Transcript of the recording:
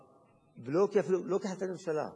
אפילו לא כהחלטת הממשלה,